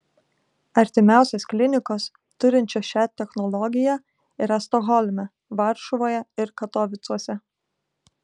artimiausios klinikos turinčios šią technologiją yra stokholme varšuvoje ir katovicuose